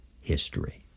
history